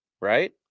Right